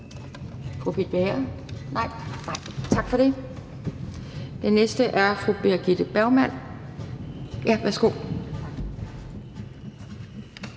fru Birgitte Bergman.